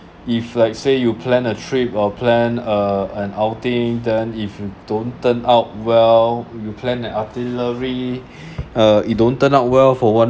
if like say you plan a trip or plan uh an outing then if you don't turn out well you plan the itinerary uh it don't turn out well for one